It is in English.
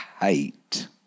hate